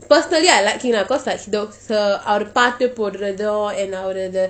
personally I like him lah cause like the the அவர் பாட்டு போடுறதும்:avar pattu podurathum and அவர் அது:avar athu